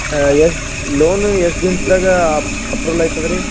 ಹಾಂ ಎಷ್ ಲೋನು ಎಷ್ಟು ದಿನ್ಸ್ದಾಗ ಅಪ್ ಅಪ್ರುವಲ್ ಐತದ ರೀ